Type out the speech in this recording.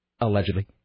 allegedly